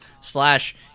slash